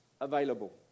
available